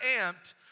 amped